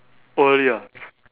oh really ah